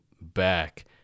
back